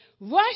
Russia